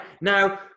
Now